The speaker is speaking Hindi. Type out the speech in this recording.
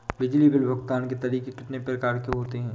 बिजली बिल भुगतान के तरीके कितनी प्रकार के होते हैं?